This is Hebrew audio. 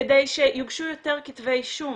כדי שיוגשו יותר כתבי אישום.